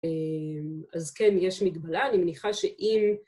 אז כן, יש מגבלה, אני מניחה שאם...